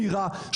עליכם.